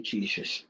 Jesus